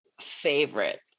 favorite